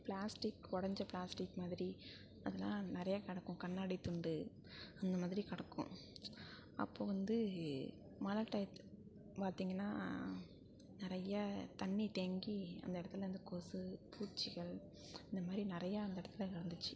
plastic உடஞ்ச plastic மாதிரி அதுலாம் நிறையா கிடக்கும் கண்ணாடி துண்டு அந்த மாதிரி கிடக்கும் அப்போ வந்து மழை டையத்து பார்த்திங்கனா நிறைய தண்ணி தேங்கி அந்த இடத்துலேர்ந்து கொசு பூச்சிகள் இந்த மாதிரி நிறையா அந்த இடத்துல கிடந்துச்சு